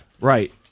Right